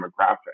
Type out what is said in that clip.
demographic